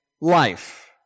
life